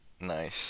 Nice